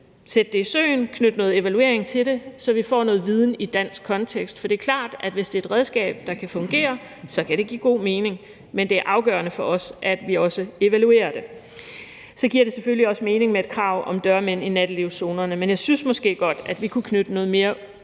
sætte det i søen og knytte noget evaluering til det, så vi får noget viden i en dansk kontekst, for det er klart, at hvis det er et redskab, der kan fungere, så kan det give god mening, men det er afgørende for os, at vi også evaluerer det. Så giver det selvfølgelig også mening med et krav om dørmænd i nattelivszonerne, men jeg synes måske godt, at vi kunne knytte noget mere